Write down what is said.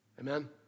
Amen